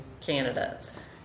candidates